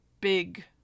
big